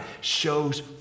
shows